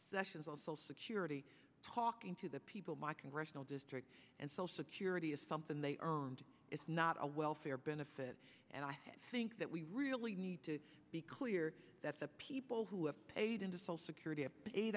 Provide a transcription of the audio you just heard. sessions of social security talking to the people my congressional district and social security is something they earned is not a welfare benefit and i think that we really need to be clear that the people who have paid into social security a